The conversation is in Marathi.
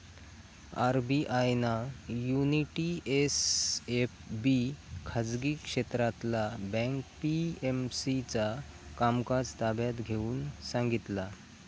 आर.बी.आय ना युनिटी एस.एफ.बी खाजगी क्षेत्रातला बँक पी.एम.सी चा कामकाज ताब्यात घेऊन सांगितला